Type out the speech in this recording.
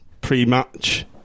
pre-match